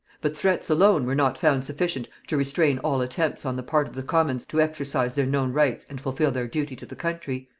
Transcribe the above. but threats alone were not found sufficient to restrain all attempts on the part of the commons to exercise their known rights and fulfil their duty to the country.